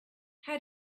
how